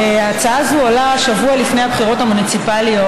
ההצעה הזו עולה שבוע לפני הבחירות המוניציפליות,